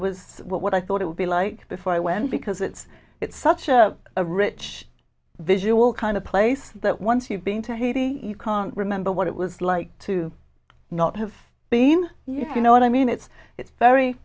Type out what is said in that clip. was what i thought it would be like before i went because it's it's such a rich visual kind of place that once you've been to haiti you can't remember what it was like to not have beem you know what i mean it's it's very